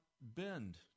bend